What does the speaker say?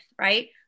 right